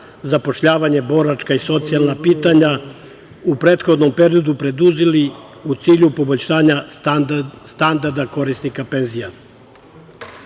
zapošljavanje, boračka i socijalna pitanja, u prethodnom periodu preduzeli u cilju poboljšanja standarda korisnika penzija. Mere